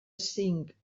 cinc